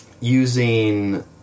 Using